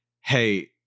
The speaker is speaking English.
hey